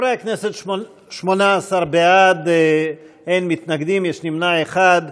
חברי הכנסת, 18 בעד, אין מתנגדים, יש נמנע אחד.